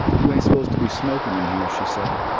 you ain't supposed to be smoking in here, she said.